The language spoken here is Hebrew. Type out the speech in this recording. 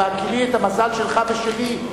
בהכירי את המזל שלך ושלי,